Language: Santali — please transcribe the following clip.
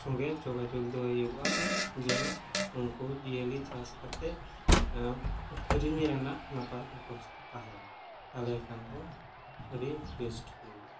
ᱥᱚᱸᱜᱮᱡ ᱡᱳᱜᱟᱡᱳᱜᱽ ᱫᱚᱦᱚᱭ ᱦᱩᱭᱩᱜᱼᱟ ᱡᱮᱱᱚ ᱩᱱᱠᱚ ᱡᱤᱭᱟᱹᱞᱤ ᱪᱟᱥ ᱠᱟᱛᱮᱫ ᱟᱹᱠᱷᱨᱤᱧ ᱨᱮᱱᱟᱜ ᱱᱟᱯᱟᱭ ᱵᱮᱵᱚᱥᱛᱟ ᱛᱟᱦᱮᱱᱟ ᱛᱟᱦᱚᱞᱮ ᱠᱷᱟᱱᱫᱚ ᱟᱹᱰᱤ ᱵᱮᱥᱴ ᱦᱩᱭᱩᱜᱚᱜᱼᱟ